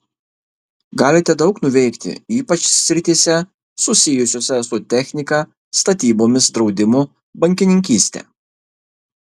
galite daug nuveikti ypač srityse susijusiose su technika statybomis draudimu bankininkyste